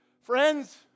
Friends